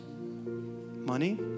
money